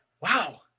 wow